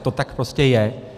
To tak prostě je.